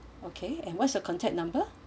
okay and what's your contact number